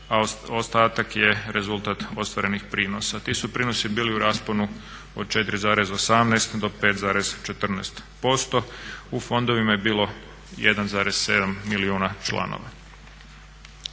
a ostatak je rezultat ostvarenih prinosa. Ti su prinosi bili u rasponu od 4,18 do 5,14%. U fondovima je bilo 1,7 milijuna članova.